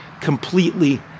completely